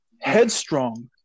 headstrong